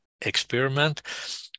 Experiment